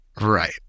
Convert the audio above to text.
Right